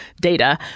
data